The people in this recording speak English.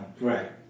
Right